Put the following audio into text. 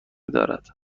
دارد